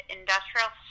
industrial